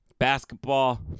basketball